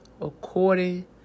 according